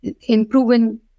improving